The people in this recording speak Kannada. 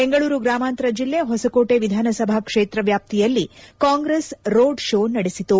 ಬೆಂಗಳೂರು ಗ್ರಾಮಾಂತರ ಜಿಲ್ಲೆ ಹೊಸಕೋಟೆ ವಿಧಾನಸಭಾ ಕ್ಷೇತ್ರ ವ್ಯಾಪ್ತಿಯಲ್ಲಿ ಕಾಂಗ್ರೆಸ್ ರೋಡ್ ಶೋ ನಡೆಸಿತು